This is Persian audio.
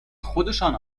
خودشان